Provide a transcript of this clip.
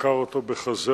ודקר אותו בחזהו.